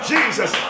Jesus